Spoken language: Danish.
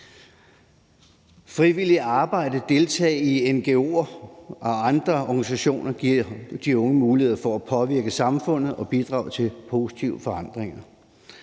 Frivilligt arbejde og deltagelse i ngo'er og andre organisationer giver de unge mulighed for at påvirke samfundet og bidrage til positive forandringer.